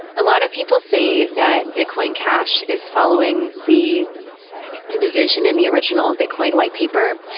a lot of people say that bitcoin cash is following the and the vision in the original bitcoin white paper,